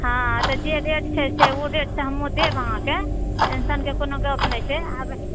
हँ जे रेट छै से जे ओ देत से हमहुँ देब अहाँकेँ टेन्शन के कोनो गप नहि छै आब